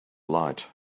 light